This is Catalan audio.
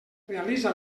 realitza